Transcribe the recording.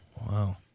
Wow